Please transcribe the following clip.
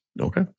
Okay